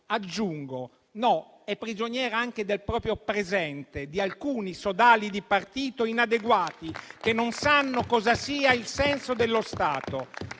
Aggiungo che è prigioniera anche del proprio presente, di alcuni sodali di partito inadeguati, che non sanno cosa sia il senso dello Stato